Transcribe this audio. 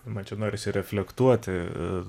man čia norisi reflektuoti